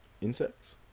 Insects